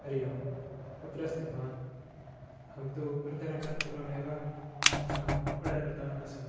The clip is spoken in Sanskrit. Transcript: हरिः ओं कुत्र अस्ति भवान् अहं तु अर्धघण्टात् पूर्वमेव आडर् कृतवान् आसम्